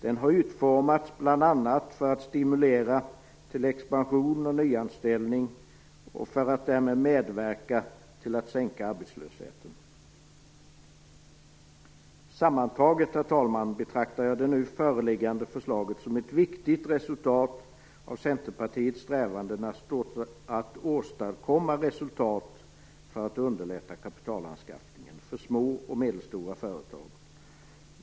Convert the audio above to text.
Den har utformats bl.a. för att stimulera till expansion och nyanställning för att därmed medverka till att sänka arbetslösheten. Sammantaget, herr talman, betraktar jag det nu föreliggande förslaget som ett viktigt resultat av Centerpartiets strävanden att åstadkomma resultat för att underlätta kapitalanskaffningen för små och medelstora företag.